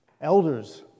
Elders